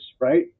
right